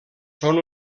són